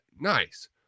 nice